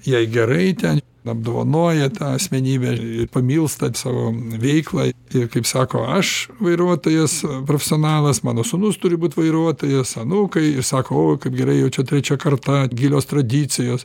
jei gerai ten apdovanoja tą asmenybę pamilsta savo veiklą ir kaip sako aš vairuotojas profesionalas mano sūnus turi būt vairuotojas anūkai sako o kaip gerai jau čia trečia karta gilios tradicijos